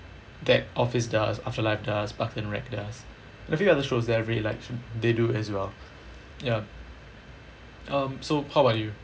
that office does afterlife does park and recs does I feel other shows I really like they do as well ya so how about you